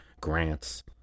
grants